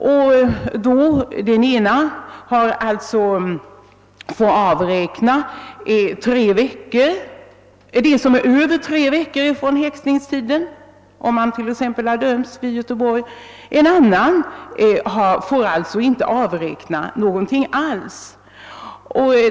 För den ene avräknas den häktningstid som överstiger tre veckor. Den andre får däremot inte avräkna någon tid alls.